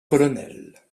colonel